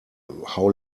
how